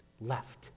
left